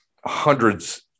hundreds